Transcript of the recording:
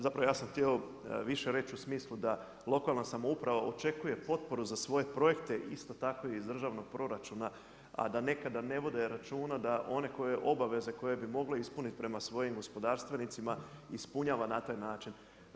Zapravo ja sam htio više reći u smislu da lokalna samouprava očekuje potporu za svoje projekte isto tako iz državnog proračuna, a da nekada ne vode računa da one obaveze koje bi mogle ispuniti prema svojim gospodarstvenicima ispunjava na taj način.